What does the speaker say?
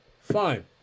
Fine